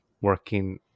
working